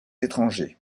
étrangers